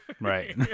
Right